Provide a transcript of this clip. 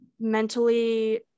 mentally